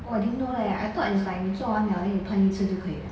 !wah! I didn't know leh I thought it's like 你做完 liao then 你喷一次就可以 liao